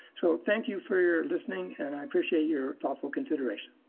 so thank you for your listening and i appreciate your thoughtful consideration.